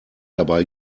dabei